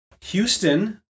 Houston